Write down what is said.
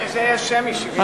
76, שמית.